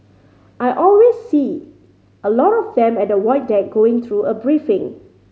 I always see a lot of them at the Void Deck going through a briefing